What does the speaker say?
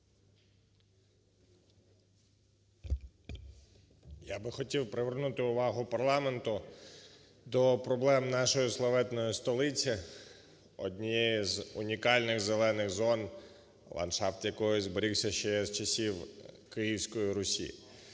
Я би хотів привернути увагу парламенту до проблем нашої славетної столиці – однієї з унікальних зелених зон, ландшафт якої зберігся ще з часів Київської Русі.